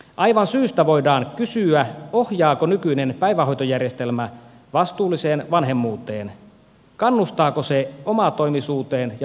aivan syystä voidaan kysyä ohjaako nykyinen päivähoitojärjestelmä vastuulliseen vanhemmuuteen kannustaako se omatoimisuuteen ja vastuunottoon